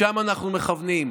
לשם אנחנו מכוונים.